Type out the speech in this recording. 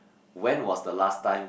when was the last time